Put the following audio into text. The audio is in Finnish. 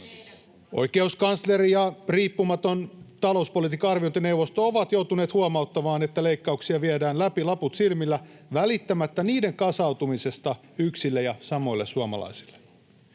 Oikeuskansleri ja riippumaton talouspolitiikan arviointineuvosto ovat joutuneet huomauttamaan, että leikkauksia viedään läpi laput silmillä välittämättä niiden kasautumisesta yksille ja samoille suomalaisille.